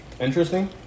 interesting